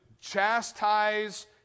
chastise